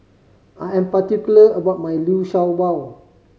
I am particular about my Liu Sha Bao